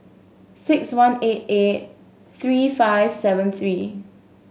six one eight eight three five seven three